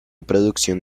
producción